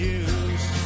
use